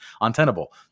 untenable